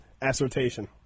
assertion